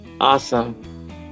Awesome